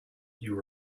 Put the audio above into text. you